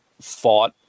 fought